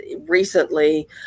recently